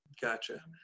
gotcha